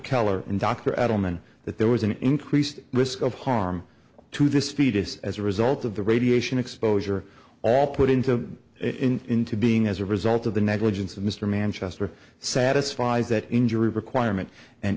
keller and dr adelman that there was an increased risk of harm to this fetus as a result of the radiation exposure all put into into being as a result of the negligence of mr manchester satisfies that injury requirement and